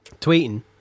tweeting